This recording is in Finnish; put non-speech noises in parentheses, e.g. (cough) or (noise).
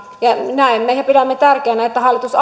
näemme ja pidämme tärkeänä että hallitus (unintelligible)